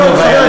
אז אין לו בעיה,